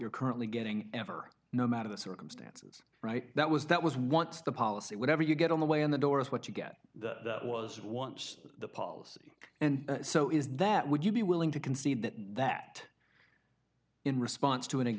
you're currently getting ever no matter the circumstances right that was that was once the policy whatever you get on the way in the door is what you get that was once the policy and so is that would you be willing to concede that that in response to an